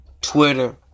Twitter